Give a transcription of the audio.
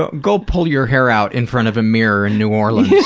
ah go pull your hair out in front of a mirror in new orleans